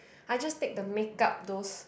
I just take the makeup those